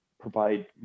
provide